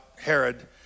Herod